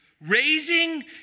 raising